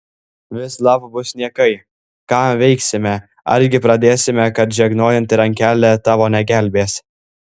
vislab bus niekai ką veiksime argi pradėsime kad žegnojanti rankelė tavo negelbės